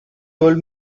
told